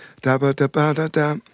da-ba-da-ba-da-da